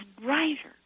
brighter